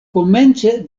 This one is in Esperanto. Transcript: komence